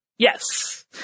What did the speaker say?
Yes